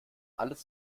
alles